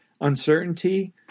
uncertainty